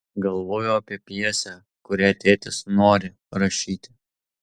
galvojau apie pjesę kurią tėtis nori rašyti